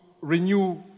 renew